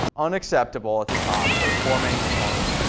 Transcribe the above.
unacceptable at the top, those four main components.